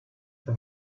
for